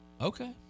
Okay